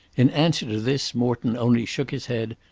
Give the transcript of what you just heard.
in answer to this, morton only shook his head,